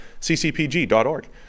ccpg.org